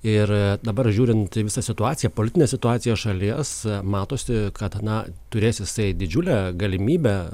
ir dabar žiūrint į visą situaciją politinę situaciją šalies matosi kad na turės jisai didžiulę galimybę